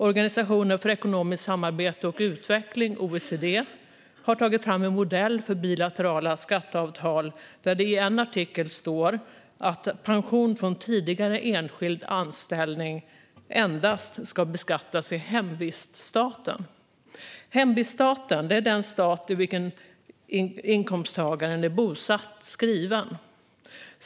Organisationen för ekonomiskt samarbete och utveckling, OECD, har tagit fram en modell för bilaterala skatteavtal där det i en artikel står att pension från tidigare enskild anställning endast ska beskattas i hemviststaten. Hemviststaten är den stat i vilken inkomsttagaren är bosatt och/eller skriven.